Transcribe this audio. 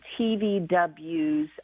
TVW's